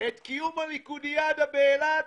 את קיום הליכודיאדה באילת.